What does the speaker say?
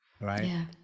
right